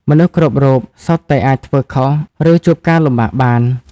មនុស្សគ្រប់រូបសុទ្ធតែអាចធ្វើខុស ឬជួបការលំបាកបាន។